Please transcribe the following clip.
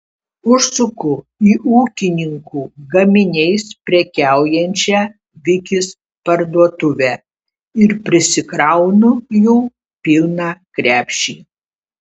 užsuku į ūkininkų gaminiais prekiaujančią vikis parduotuvę ir prisikraunu jų pilną krepšį